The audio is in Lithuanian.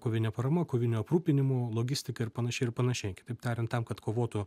kovine parama kovinio aprūpinimu logistika ir panašiai ir panašiai kitaip tariant tam kad kovotų